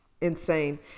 insane